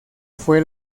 fue